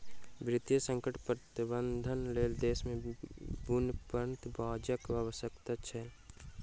वित्तीय संकट प्रबंधनक लेल देश में व्युत्पन्न बजारक आवश्यकता छल